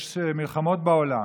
יש מלחמות בעולם,